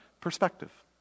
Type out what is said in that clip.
perspective